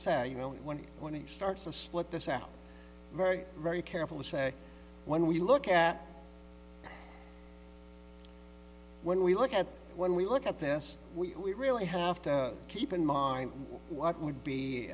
say you know when he when he starts to split this out very very careful to say when we look at when we look at when we look at this we really have to keep in mind what would be